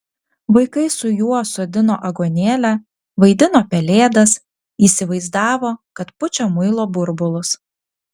vaikai su juo sodino aguonėlę vaidino pelėdas įsivaizdavo kad pučia muilo burbulus